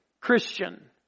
Christian